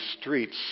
streets